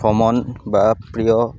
ভ্ৰমণ বা প্ৰিয়